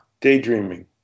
Daydreaming